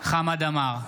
חמד עמאר,